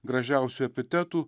gražiausių epitetų